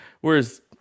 Whereas